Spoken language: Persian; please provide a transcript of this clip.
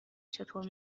چطور